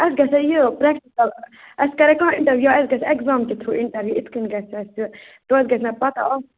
اَسہِ گژھیٛا یہِ پرٛیکٹِکَل اَسہِ کریٛا کانٛہہ اِنٹَروِو یا اَسہِ گژھِ ایکزام کہِ تھرٛوٗ اِنٹَروِو یِتھٕ کٔنۍ گژھِ اَسہِ توتہِ گژھِ نا پَتاہ آسُن